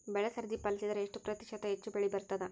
ಬೆಳಿ ಸರದಿ ಪಾಲಸಿದರ ಎಷ್ಟ ಪ್ರತಿಶತ ಹೆಚ್ಚ ಬೆಳಿ ಬರತದ?